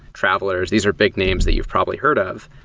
travelers. these are big names that you've probably heard of.